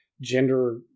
gender